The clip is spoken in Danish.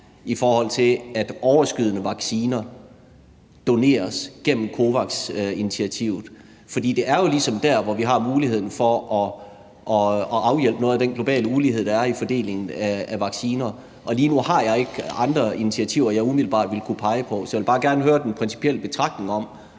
i forhold til at overskydende vacciner doneres gennem COVAX-initiativet. For det er jo ligesom der, hvor vi har muligheden for at afhjælpe noget af den globale ulighed, der er i fordelingen af vacciner. Lige nu har jeg ikke andre initiativer, jeg umiddelbart vil kunne pege på, så jeg vil bare gerne høre den principielle betragtning om,